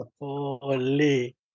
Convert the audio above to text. holy